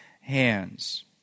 hands